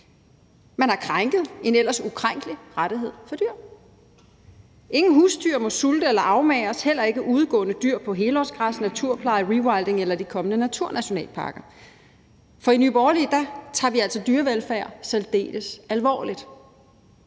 Man har krænket en ellers ukrænkelig rettighed for dyr. Ingen husdyr må sulte eller afmagres, heller ikke udegående dyr på helårsgræs, naturpleje, rewilding eller i de kommende naturnationalparker. For i Nye Borgerlige tager vi altså dyrevelfærd særdeles alvorligt.